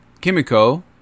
Kimiko